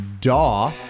Daw